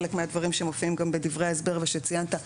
חלק מהדברים שמופיעים גם בדברי ההסבר ושציינת,